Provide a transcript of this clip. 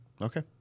Okay